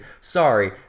Sorry